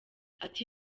ati